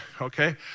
Okay